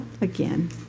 again